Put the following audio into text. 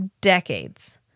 Decades